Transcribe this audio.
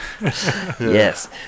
Yes